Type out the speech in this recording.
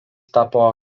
tapo